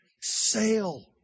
sail